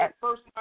first